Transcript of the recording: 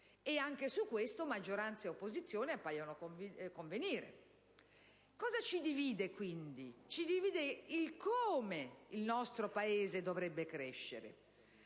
e anche su questo maggioranza ed opposizione paiono convenire. Cosa ci divide, quindi? Ci divide il "come" il nostro Paese dovrebbe crescere: